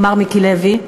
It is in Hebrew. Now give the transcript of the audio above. מר מיקי לוי,